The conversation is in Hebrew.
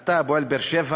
אני "הפועל באר-שבע".